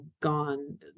gone